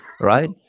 right